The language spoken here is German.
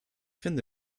finde